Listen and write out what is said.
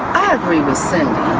i agree with cindy.